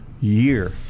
year